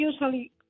usually